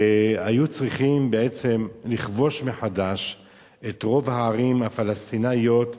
היו צריכים בעצם לכבוש מחדש את רוב הערים הפלסטיניות.